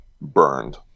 burned